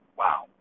wow